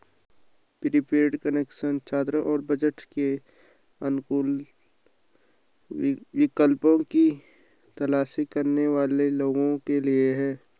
prepaid connection छात्रों और budget के अनुकूल विकल्पों की तलाश करने वाले लोगों के लिए है